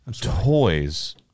Toys